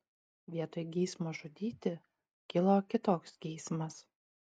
vietoj geismo žudyti kilo kitoks geismas